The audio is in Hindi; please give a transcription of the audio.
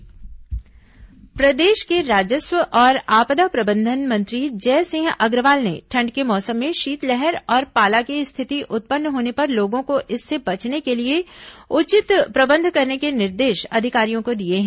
शीत प्रबंधन प्रदेश के राजस्व और आपदा प्रबंधन मंत्री जयसिंह अग्रवाल ने ठंड के मौसम में शीतलहर और पाला की स्थिति उत्पन्न होने पर लोगों को इससे बचाने के लिए उचित प्रबंध करने के निर्देश अधिकारियों को दिए हैं